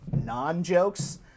non-jokes